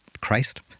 Christ